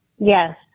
Yes